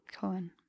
Cohen